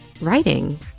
writing